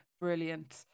brilliant